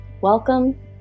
Welcome